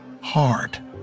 hard